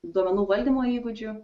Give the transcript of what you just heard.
duomenų valdymo įgūdžių